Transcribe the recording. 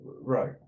Right